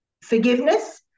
forgiveness